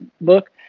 book